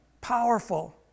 powerful